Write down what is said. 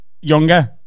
younger